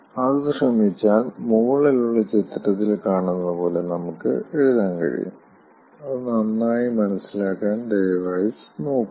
അത് ശ്രമിച്ചാൽ മുകളിലുള്ള ചിത്രത്തിൽ കാണുന്നത് പോലെ നമുക്ക് എഴുതാൻ കഴിയും അത് നന്നായി മനസ്സിലാക്കാൻ ദയവായി നോക്കുക